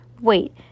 Wait